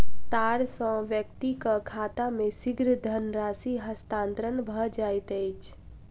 तार सॅ व्यक्तिक खाता मे शीघ्र धनराशि हस्तांतरण भ जाइत अछि